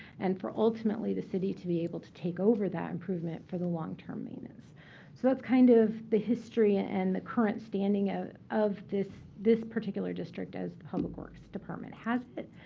and for ultimately, the city to be able to take over that improvement for the long-term maintenance. so that's kind of the history and the current standing ah of this this particular district as public works department has it.